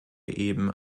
eben